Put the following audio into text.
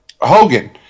Hogan